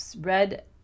red